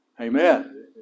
Amen